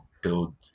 build